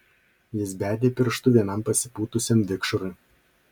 jis bedė pirštu vienam pasipūtusiam vikšrui